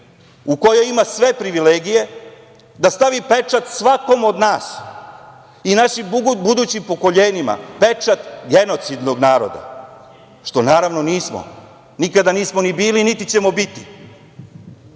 u kojoj ima sve privilegije, da stavi pečat svakom od nas, i našim budućim pokoljenjima, pečat genocidnog naroda, što, naravno, nismo, nikada nismo ni bili, niti ćemo biti. Ta